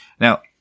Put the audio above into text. Now